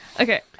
Okay